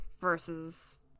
versus